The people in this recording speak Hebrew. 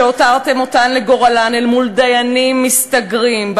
שהותרתם אותן לגורלן אל מול דיינים מסתגרים,